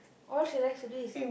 all she like to is